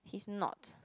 he's not